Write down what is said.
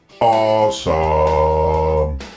awesome